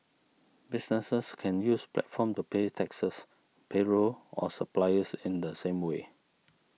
businesses can use platform to pay taxes payroll or suppliers in the same way